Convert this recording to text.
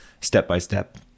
step-by-step